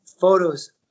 photos